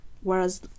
whereas